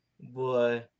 boy